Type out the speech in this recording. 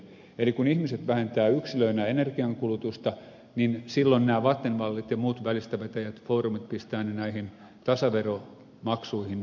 eli kun ihmiset vähentävät yksilöinä energiankulutusta niin silloin nämä vattenfallit ja muut välistävetäjät fortumit pistää näihin tasaveromaksuihin nämä hinnat